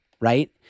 Right